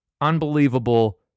unbelievable